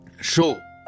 show